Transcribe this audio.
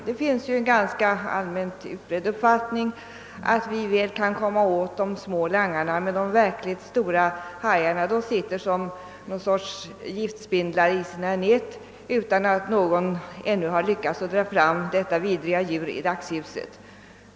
Det finns en ganska allmänt utbredd uppfattning att vi nog kan komma åt de små langarna men att de verkligt stora »hajarna» sitter som någon sorts giftspindlar i sina nät utan att någon ännu har lyckats att dra fram dessa vidriga djur i dagsljuset.